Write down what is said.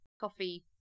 Coffee